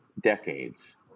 decades